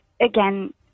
again